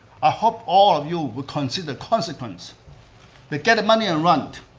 i hope all of you will consider consequence but kind of money and run.